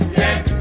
yes